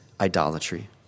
idolatry